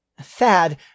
Thad